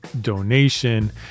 donation